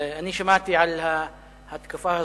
שמעתי על ההתקפה הזאת,